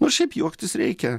nors šiaip juoktis reikia